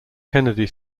kennedy